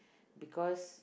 because